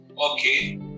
Okay